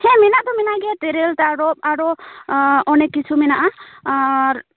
ᱦᱮᱸ ᱢᱮᱱᱟᱜ ᱫᱚ ᱢᱮᱱᱟᱜ ᱜᱮᱭᱟ ᱛᱮᱨᱮᱞ ᱛᱟᱨᱚᱯ ᱟᱨᱚ ᱚᱱᱮᱠ ᱠᱤᱪᱷᱩ ᱢᱮᱱᱟᱜᱼᱟ ᱟᱨ